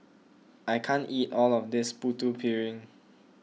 I can't eat all of this Putu Piring